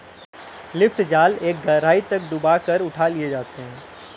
lift जाल एक गहराई तक डूबा कर उठा दिए जाते हैं